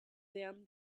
them